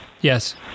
Yes